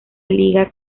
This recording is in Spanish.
liga